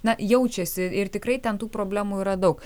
na jaučiasi ir tikrai ten tų problemų yra daug